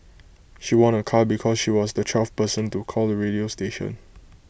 she won A car because she was the twelfth person to call the radio station